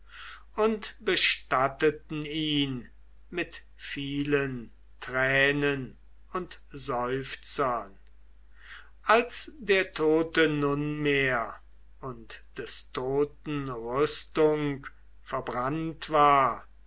und bestatteten ihn mit vielen tränen und seufzern als der tote nunmehr und des toten rüstung verbrannt war